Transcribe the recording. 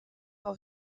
pour